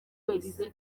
wese